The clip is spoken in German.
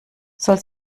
soll